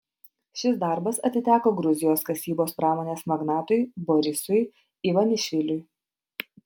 šis darbas atiteko gruzijos kasybos pramonės magnatui borisui ivanišviliui